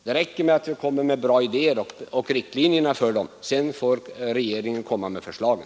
Det räcker med att vi kommer med bra idéer och riktlinjer för hur de skall förverkligas; sedan får regeringen presentera förslagen.